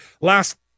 last